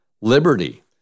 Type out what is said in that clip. Liberty